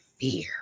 fear